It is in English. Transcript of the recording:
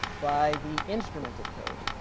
by the instrumented code.